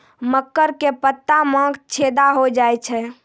मकर के पत्ता मां छेदा हो जाए छै?